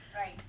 right